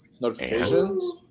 notifications